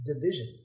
division